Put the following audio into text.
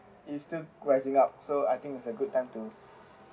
is still rising up so I think it's a good time to